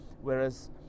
whereas